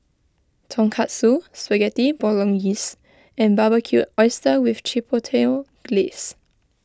Tonkatsu Spaghetti Bolognese and Barbecued Oysters with Chipotle Glaze